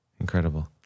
Incredible